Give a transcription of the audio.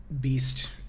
beast